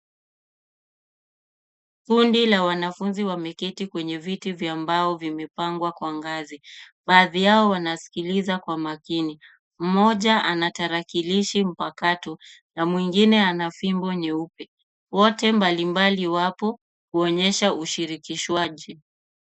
Kundi la wanafunzi wameketi kwenye viti vya mbao vimepangwa kwa ngazi. Baadhi yao wanasikiliza kwa makini. Mmoja ana tarakilishi mpakato na mwingine ana fimbo nyeupe. Wote mbalimbali wapo kuonyesha ushirikishwaji.